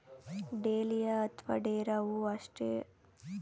dahlia ಅತ್ವ ಡೇರಾ ಹೂ ಆಸ್ಟರೇಸೀ ಕುಟುಂಬಕ್ಕೆ ಸೇರಿದ ಅಲಂಕಾರ ಸಸ್ಯ ಇದು ಹಲ್ವಾರ್ ಬಣ್ಣಗಳಲ್ಲಯ್ತೆ